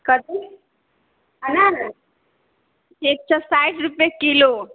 कथी अनार एक सए साठि रूपैये किलो